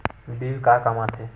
Bill का काम आ थे?